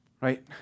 Right